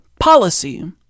policy